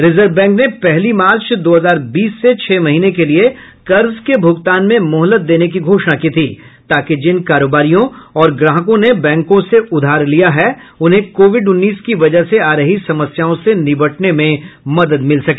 reserve bank ने पहली March दो हजार बीस से छह महीने के लिए कर्ज के भूगतान में मोहलत देने की घोषणा की थी ताकि जिन कारोबारियों और ग्राहकों ने बैंकों से उधार लिया है उन्हें कोविड उन्नीस की वजह से आ रही समस्याओं से निबटने में मदद मिल सके